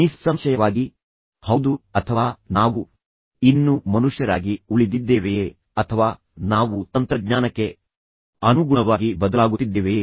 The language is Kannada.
ನಿಸ್ಸಂಶಯವಾಗಿ ಹೌದು ಅಥವಾ ನಾವು ಇನ್ನೂ ಮನುಷ್ಯರಾಗಿ ಉಳಿದಿದ್ದೇವೆಯೇ ಅಥವಾ ನಾವು ತಂತ್ರಜ್ಞಾನಕ್ಕೆ ಅನುಗುಣವಾಗಿ ಬದಲಾಗುತ್ತಿದ್ದೇವೆಯೇ